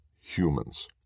humans